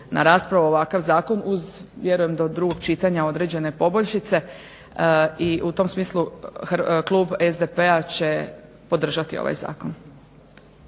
na raspravu ovakav zakon uz vjerujem da od drugog čitanja određene poboljšice i u tom smislu klub SDP-a će podržati ovaj zakon.